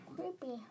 Creepy